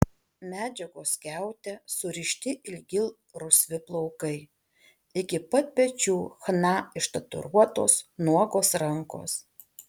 medžiagos skiaute surišti ilgi rusvi plaukai iki pat pečių chna ištatuiruotos nuogos rankos